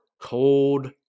cold